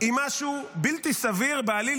היא משהו בלתי סביר בעליל,